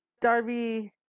Darby